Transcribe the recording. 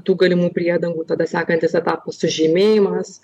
tų galimų priedangų tada sekantis etapas sužymėjimas